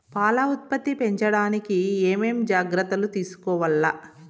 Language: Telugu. పాల ఉత్పత్తి పెంచడానికి ఏమేం జాగ్రత్తలు తీసుకోవల్ల?